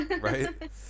Right